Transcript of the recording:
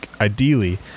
ideally